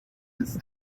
its